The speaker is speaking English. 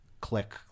click